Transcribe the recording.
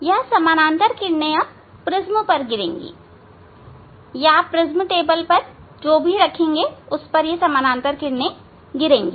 अब यह समानांतर किरणें प्रिज्म पर गिरेगी या आप प्रिज्म टेबल पर जो भी रखें उस पर गिरेगी